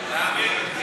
תאמין לי.